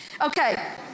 Okay